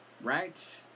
Right